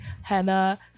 Hannah